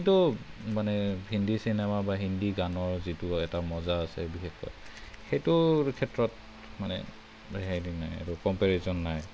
কিন্তু মানে হিন্দী চিনেমা বা হিন্দী গানৰ যিটো এটা মজা আছে বিশেষকৈ সেইটোৰ ক্ষেত্ৰত মানে হেৰি নাই আৰু কমপেৰিজন নাই